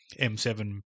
M7